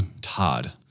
Todd